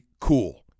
cool